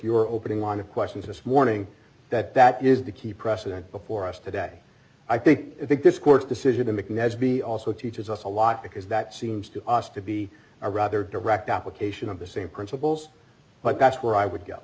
your opening line of questions this morning that that is the key precedent before us today i think i think this court's decision that mcnabb's be also teaches us a lot because that seems to us to be a rather direct application of the same principles but that's where i would go